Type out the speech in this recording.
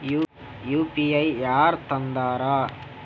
UPI ಯಾರ್ ತಂದಾರ?